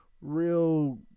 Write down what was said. real